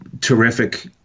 terrific